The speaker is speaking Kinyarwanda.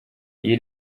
iyi